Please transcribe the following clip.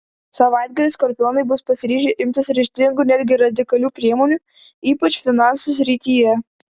savaitgalį skorpionai bus pasiryžę imtis ryžtingų netgi radikalių priemonių ypač finansų srityje